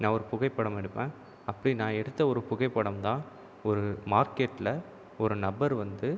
நான் ஒரு புகைப்படம் எடுப்பேன் அப்படி நான் எடுத்த ஒரு புகைப்படம் தான் ஒரு மார்க்கெட்டில் ஒரு நபர் வந்து